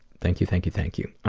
thank you, thank you, thank you.